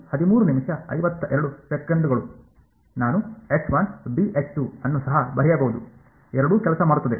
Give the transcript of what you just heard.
ಆದ್ದರಿಂದ ನಾನು ಎಂದು ಬರೆಯಬಹುದು ನಾನು ಅನ್ನು ಸಹ ಬರೆಯಬಹುದು ಎರಡೂ ಕೆಲಸ ಮಾಡುತ್ತದೆ